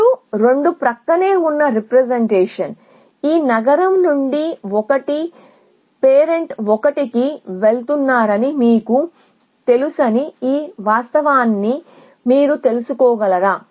2 2 ప్రక్కనే ఉన్న రీప్రెజెంటేషన్ ఈ నగరం నుండి 1 పేరెంట్ 1 కి వెళుతున్నారని మీకు తెలుసని ఈ వాస్తవాన్ని మీరు తెలుసుకోగలరా